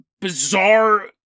bizarre